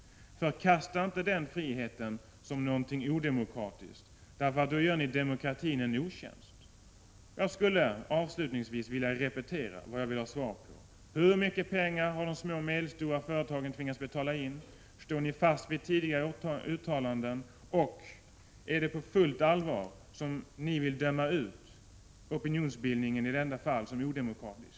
Förkasta inte den friheten som någonting odemokratiskt — för då gör ni demokratin en otjänst. Jag skulle avslutningsvis vilja repetera vad jag vill ha svar på: Hur mycket pengar har de små och medelstora företagen tvingats betala in? Står ni fast vid tidigare uttalanden? Är det på fullt allvar ni i detta fall vill döma ut opinionsbildningen som odemokratisk?